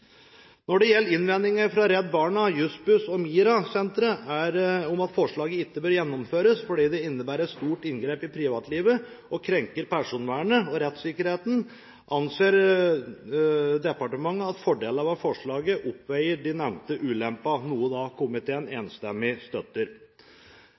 Når det gjelder innvendinger fra Redd Barna, Jussbuss og MiRA-senteret om at forslaget ikke bør gjennomføres fordi det innebærer stort inngrep i privatlivet og krenker personvernet og rettssikkerheten, anser departementet at fordelene ved forslaget oppveier for de nevnte ulempene – noe komiteen